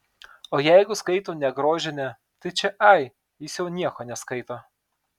o jeigu skaito ne grožinę tai čia ai jis jau nieko neskaito